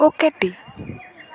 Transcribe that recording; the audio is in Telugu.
ఒకటి